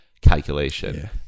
calculation